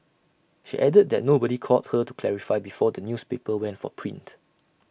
she added that nobody called her to clarify before the newspaper went for print